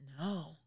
No